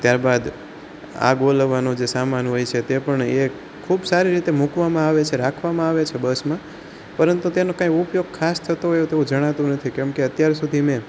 ત્યારબાદ આગ ઓલવવાનો જે સામાન હોય છે તે પણ એ ખૂબ સારી રીતે મૂકવામાં આવે છે રાખવામાં આવે છે બસમાં પરંતુ તેનો કાંઈ ઉપયોગ ખાસ થતો હોય એવું તો જણાતું નથી કેમ કે અત્યાર સુધી મેં